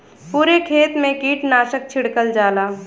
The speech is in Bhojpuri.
पुरे खेत मे कीटनाशक छिड़कल जाला